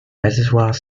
reservoir